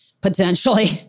potentially